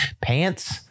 pants